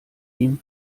ihm